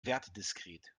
wertdiskret